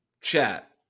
Chat